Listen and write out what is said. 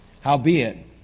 Howbeit